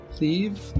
leave